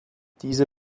diese